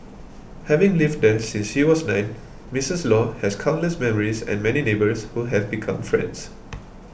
having lived there since she was nine Missus Law has countless memories and many neighbours who have become friends